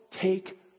take